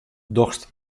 dochst